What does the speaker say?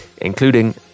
including